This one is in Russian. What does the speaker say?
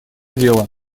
дело